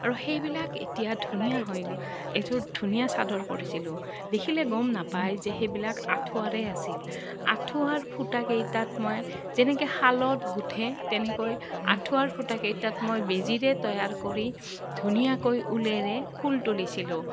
আৰু সেইবিলাক এতিয়া ধুনীয়া হৈ এযোৰ ধুনীয়া চাদৰ কৰিছিলোঁ দেখিলে গম নাপায় যে সেইবিলাক আঁঠুৱাৰে আছিল আঁঠুৱাৰ ফুটাকেইটাত মই যেনেকে শালত গোঠে তেনেকৈ আঁঠুৱাৰ ফুটাকেইটাত মই বেজিৰে তৈয়াৰ কৰি ধুনীয়াকৈ ওলেৰে ফুল তুলিছিলোঁ